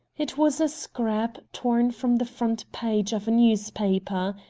it was a scrap torn from the front page of a newspaper.